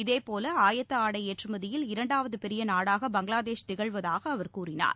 இதேபோல ஆயத்த ஆடை ஏற்றுமதியில் இரண்டாவது பெரிய நாடாக பங்களாதேஷ் திகழ்வதாக அவர் தெரிவித்தார்